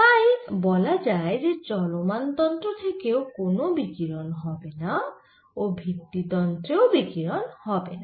তাই বলা যায় যে চলমান তন্ত্র থেকেও কোন বিকিরণ হবেনা ও ভিত্তি তন্ত্রেও বিকিরণ হবেনা